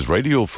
Radio